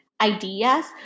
ideas